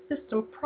system